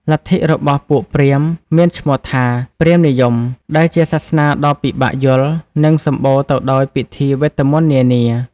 លទ្ធិរបស់ពួកព្រាហ្មណ៍មានឈ្មោះថា “ព្រាហ្មណ៍និយម” ដែលជាសាសនាដ៏ពិបាកយល់ និងសម្បូរទៅដោយពិធីវេទមន្តនានា។